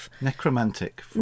Necromantic